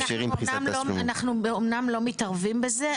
אנחנו אמנם לא מתערבים בזה,